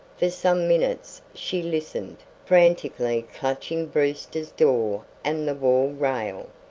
for some minutes she listened frantically clutching brewster's door and the wall-rail.